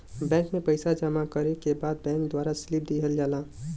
bank में पइसा जमा करे के बाद बैंक द्वारा स्लिप दिहल जाला